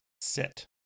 Sit